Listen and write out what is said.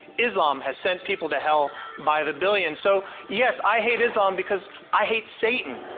islam has sent people to hell by the billions. so yes, i hate islam because i hate satan.